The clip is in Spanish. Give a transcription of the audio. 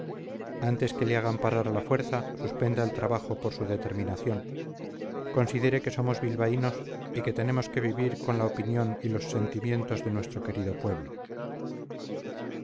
antes que le hagan parar a la fuerza suspenda el trabajo por su determinación considere que somos bilbaínos y que tenemos que vivir con la opinión y con los sentimientos de nuestro querido pueblo